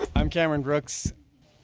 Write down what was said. i'm cameron brooks,